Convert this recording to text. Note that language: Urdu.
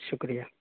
شکریہ